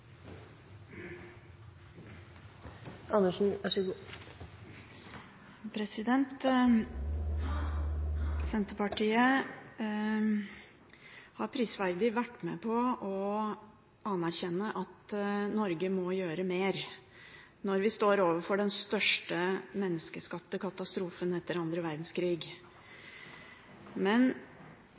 Senterpartiet har prisverdig vært med på å anerkjenne at Norge må gjøre mer når vi står overfor den største menneskeskapte katastrofen etter den andre verdenskrig. Men